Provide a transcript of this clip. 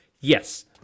yes